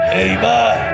amen